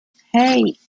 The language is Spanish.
hey